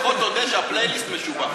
לפחות תודו שהפלייליסט משובח.